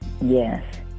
Yes